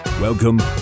Welcome